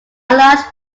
large